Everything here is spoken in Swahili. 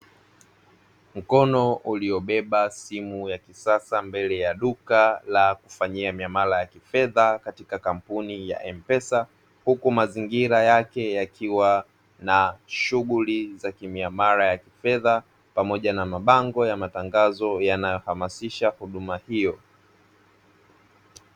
Mkono uliobeba simu ya kisasa mbele ya duka la kufanyia miamala ya kifedha katika kampuni ya "M-PESA", huku mazingira yake yakiwa na shughuli za kimiamala ya kifedha pamoja na mabango na matangazo yanayohamasisha huduma hiyo.